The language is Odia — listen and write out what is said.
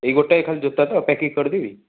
ଏଇ ଗୋଟାଏ ଖାଲି ଜୋତା ତ ପ୍ୟାକିଂ କରିଦେବି